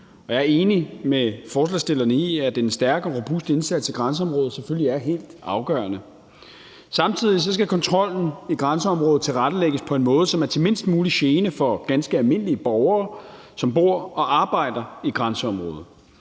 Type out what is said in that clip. Jeg er enig med forslagsstillerne i, at en stærk og robust indsats i grænseområdet selvfølgelig er helt afgørende. Samtidig skal kontrollen i grænseområdet tilrettelægges på en måde, som er til mindst mulig gene for ganske almindelige borgere, som bor og arbejder i grænseområdet.